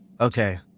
okay